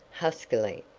huskily.